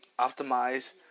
optimize